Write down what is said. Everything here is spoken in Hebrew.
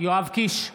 יואב קיש,